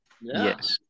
Yes